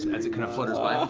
as it kind of flutters by ah